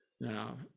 Now